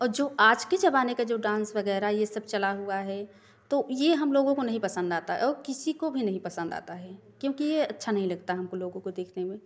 औ जो आज के जमाने का जो डांस वगैरह है यह सब चला हुआ है तो यह हम लोगों को नहीं पसंद आता और किसी को भी नहीं पसंद आता है क्योंकि यह अच्छा नहीं लगता हमको लोगों को देखने में